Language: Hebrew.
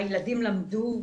הילדים למדו,